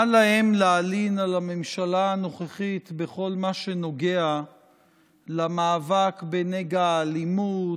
מה להם להלין על הממשלה הנוכחית בכל מה שנוגע למאבק בנגע האלימות,